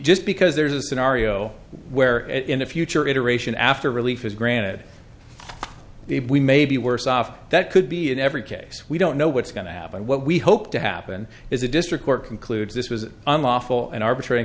just because there's a scenario where in the future iteration after relief is granted the we may be worse off that could be in every case we don't know what's going to happen what we hope to happen is a district court concludes this was an unlawful and arbitrary